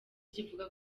kivuga